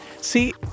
See